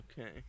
Okay